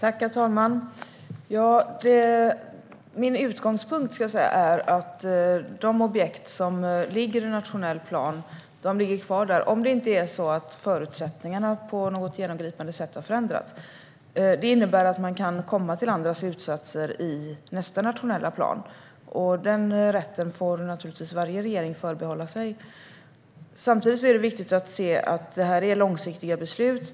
Herr talman! Min utgångspunkt är att de objekt som ligger i nationell plan ligger kvar där, om det inte är så att förutsättningarna på något genomgripande sätt har förändrats. Det innebär att man kan komma till andra slutsatser i nästa nationella plan. Den rätten får naturligtvis varje regering förbehålla sig. Samtidigt är det viktigt att se att det är fråga om långsiktiga beslut.